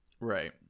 right